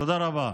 תודה רבה.